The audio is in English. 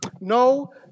No